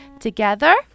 together